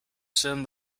send